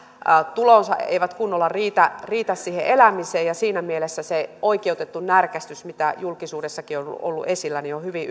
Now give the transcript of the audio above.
eivät kunnolla riitä riitä siihen elämiseen siinä mielessä se oikeutettu närkästys mitä julkisuudessakin on ollut ollut esillä on on hyvin